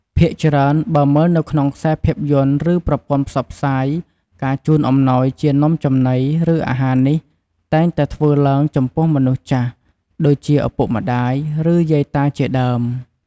ភាគច្រើន បើមើលនៅក្នុងខ្សែភាពយន្ត ឬ ប្រព័ន្ធផ្សព្វផ្សាយ ការជូនអំណោយជានំចំណី ឬ អាហារនេះ តែងតែធ្វើឡើងចំពោះមនុស្សចាស់ ដូចជាឪពុកម្ដាយ ឬ យាយតា ជាដើម។